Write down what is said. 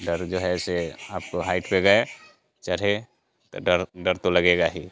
डर जो है ऐसे आपको हाइट पर गए चढ़े तो डर डर तो लगेगा ही